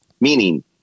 meaning